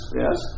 yes